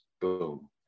boom